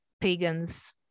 pagans